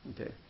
Okay